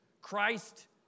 Christ